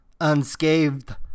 unscathed